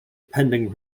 pending